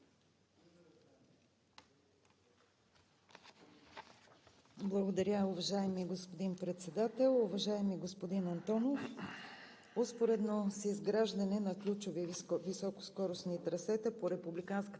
Благодаря, уважаеми господин Председател. Уважаеми господин Антонов, успоредно с изграждането на ключови високоскоростни трасета по